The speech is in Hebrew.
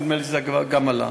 נדמה לי שזה גם עלה: